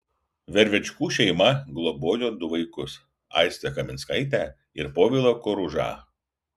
vervečkų šeima globojo du vaikus aistę kaminskaitę ir povilą koružą